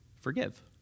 forgive